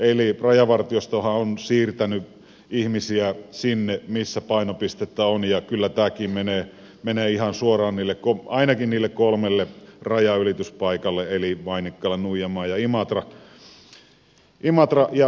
eli rajavartiostohan on siirtänyt ihmisiä sinne missä painopistettä on ja kyllä tämäkin menee ihan suoraan ainakin niille kolmelle rajanylityspaikalle eli vainikkalaan nuijamaalle ja imatralle